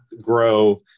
grow